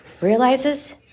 realizes